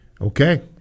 Okay